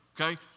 Okay